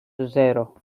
zero